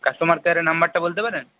customer কেয়ারের নম্বরটা বলতে পারেন